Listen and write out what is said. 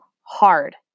hard